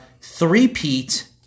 three-peat